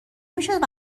میشد